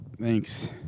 Thanks